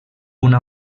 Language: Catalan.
una